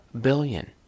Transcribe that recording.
billion